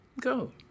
Go